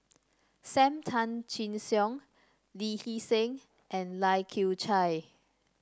Sam Tan Chin Siong Lee Hee Seng and Lai Kew Chai